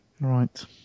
Right